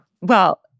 Well-